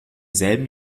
selben